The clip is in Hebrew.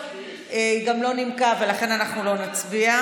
היא גם לא נימקה, לכן לא נצביע.